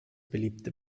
beliebte